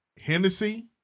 Hennessy